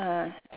ah